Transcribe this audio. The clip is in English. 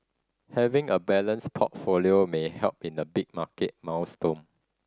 having a balanced portfolio may help in the big market maelstrom